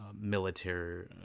military